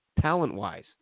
Talent-wise